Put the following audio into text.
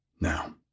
Now